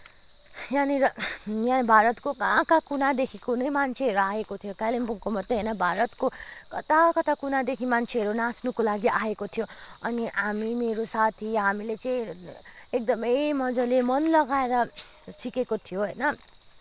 यहाँनिर यहाँ भारतको कहाँ कहाँ कुनादेखिको नै मान्छेहरू आएको थियो कालिम्पोङको मात्रै होइन भारतको कता कता कुनादेखि मान्छेहरू नाच्नुको लागि आएको थियो अनि हामी मेरो साथी हामीले चाहिँ एकदमै मज्जाले मन लगाएर सिकेको थियो होइन